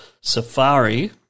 Safari